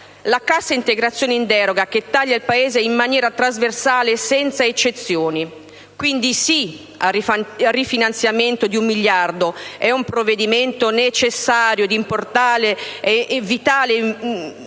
la Cassa integrazione in deroga che taglia il Paese in maniera trasversale, senza eccezioni. Quindi sì al rifinanziamento di un miliardo: è un provvedimento necessario e di